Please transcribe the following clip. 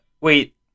wait